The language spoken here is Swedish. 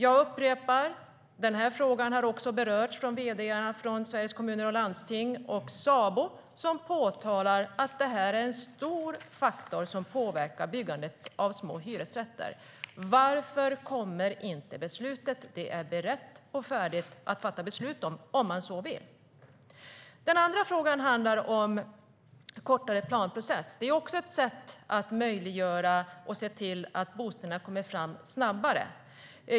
Jag upprepar: Den här frågan har berörts av vd:arna i Sveriges Kommuner och Landsting och Sabo, som framhåller att detta är en stor faktor som påverkar byggandet av små hyresrätter. Varför kommer inte beslutet? Det är berett och färdigt att fatta beslut om, om man så vill. Den andra frågan handlar om kortare planprocess. Det är också ett sätt att möjliggöra att bostäderna kommer fram snabbare.